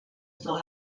still